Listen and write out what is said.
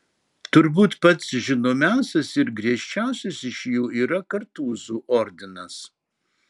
turbūt pats žinomiausias ir griežčiausias iš jų yra kartūzų ordinas